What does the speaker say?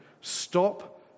stop